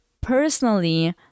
personally